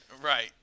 Right